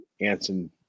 Anson